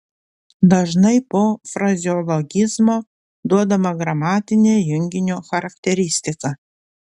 dažnai po frazeologizmo duodama gramatinė junginio charakteristika